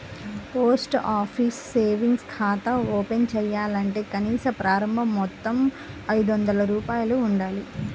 post office savings ఖాతా open చేయాలంటే కనీస ప్రారంభ మొత్తం ఐదొందల రూపాయలు ఉండాలి